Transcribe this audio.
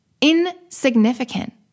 insignificant